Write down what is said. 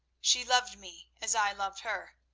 she loved me as i loved her,